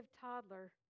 toddler